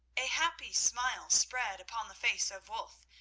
a happy smile spread upon the face of wulf,